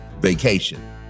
vacation